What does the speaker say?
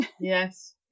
Yes